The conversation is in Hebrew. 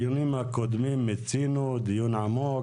בדיונים הקודמים מיצינו דיון עמוק.